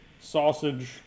sausage